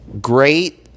great